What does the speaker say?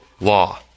law